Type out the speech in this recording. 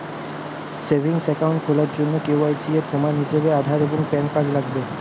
savings account খোলার জন্য KYC এর প্রমাণ হিসেবে আধার এবং প্যান কার্ড লাগবে